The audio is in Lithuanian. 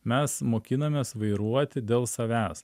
mes mokinamės vairuoti dėl savęs